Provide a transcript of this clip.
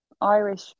Irish